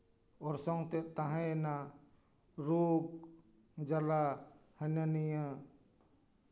ᱚᱨᱥᱚᱝ ᱛᱮᱜ ᱛᱟᱦᱮᱭᱮᱱᱟ ᱨᱳᱜᱽ ᱡᱟᱞᱟ ᱦᱤᱱᱟᱹᱱᱤᱭᱟᱹ